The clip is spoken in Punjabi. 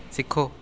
ਸਿੱਖੋ